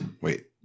Wait